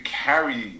carry